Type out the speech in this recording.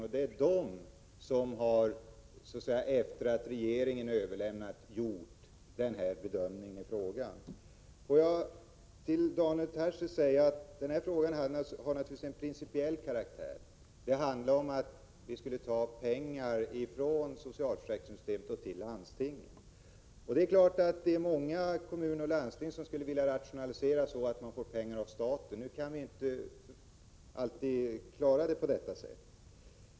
Rehabiliteringsberedningen har efter det att regeringen överlämnat ärendet till denna gjort den aktuella bedömningen. Jag vill säga till Daniel Tarschys att denna fråga naturligtvis har en principiell karaktär. Det handlar om att vi skulle ta pengar från socialförsäkringssystemet och föra över till landstinget. Det finns självfallet många kommuner och landsting som skulle vilja rationalisera med hjälp av pengar från staten, men man kan inte alltid gå till väga på det sättet.